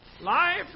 Life